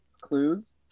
Clues